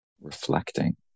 Reflecting